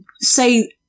say